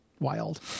wild